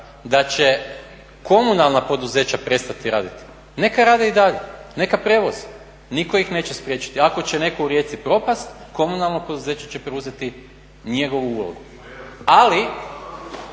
da će komunalna poduzeća prestati raditi. Neka rade i dalje, neka prevoze. Nitko ih neće spriječiti. ako će netko u Rijeci propasti komunalno poduzeće će preuzeti njegovu ulogu. Ali